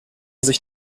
sich